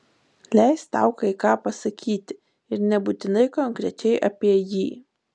leisk tau kai ką pasakyti ir nebūtinai konkrečiai apie jį